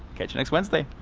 catch you next wednesday!